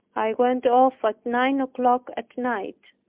i went off at nine o'clock at night.